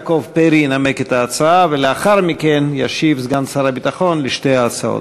ולכן אנחנו מצביעים היום אי-אמון בממשלה,